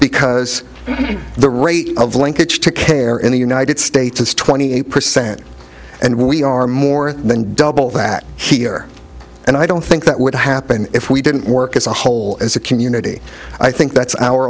because the rate of linkage to care in the united states is twenty eight percent and we are more than double that here and i don't think that would happen if we didn't work as a whole as a community i think that's our